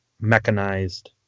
mechanized